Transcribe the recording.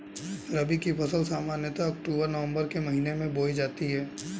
रबी की फ़सल सामान्यतः अक्तूबर नवम्बर के महीने में बोई जाती हैं